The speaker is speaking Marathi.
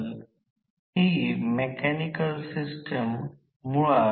आता ही फ्रिक्वेन्सी च आहे कारण हे E1 हे E1 आहे